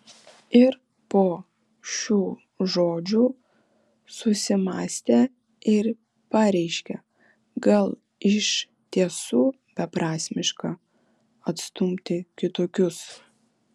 ir po šių žodžių susimąstė ir pareiškė gal iš tiesų beprasmiška atstumti kitokius